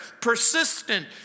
persistent